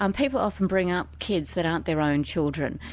um people often bring up kids that aren't their own children,